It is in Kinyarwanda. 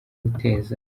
guteza